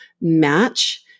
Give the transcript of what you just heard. match